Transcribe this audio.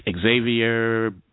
Xavier